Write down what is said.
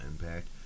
impact